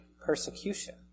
persecution